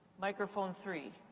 microphone three.